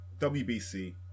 WBC